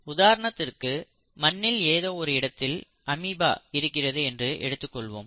உதாரணத்திற்கு மண்ணில் ஏதோ ஒரு இடத்தில் அமீபா இருக்கிறது என்று எடுத்துக் கொள்வோம்